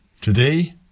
Today